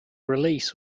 release